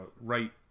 right